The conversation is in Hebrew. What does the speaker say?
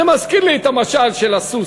זה מזכיר לי את המשל של הסוס.